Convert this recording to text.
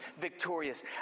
victorious